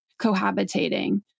cohabitating